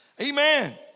Amen